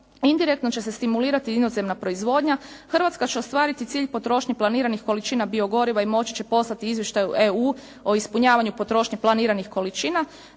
Indirektno će se stimulirati inozemna proizvodnja. Hrvatska će ostvariti cilj potrošnje planiranih količina biogoriva i moći će poslati izvještaj u EU o ispunjavanju potrošnje planiranih količina.